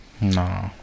no